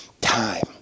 time